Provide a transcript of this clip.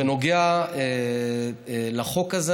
בנוגע לחוק הזה,